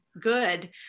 good